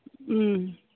ꯎꯝ